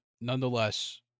nonetheless